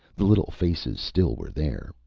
the little faces still were there,